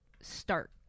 start